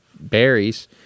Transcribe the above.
berries